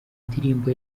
ndirimbo